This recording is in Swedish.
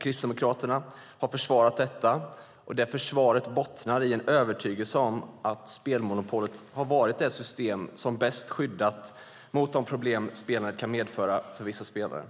Kristdemokraterna har försvarat detta, och det försvaret bottnar i en övertygelse om att spelmonopolet har varit det system som bäst skyddat mot de problem spelandet kan medföra för vissa spelare.